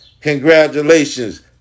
Congratulations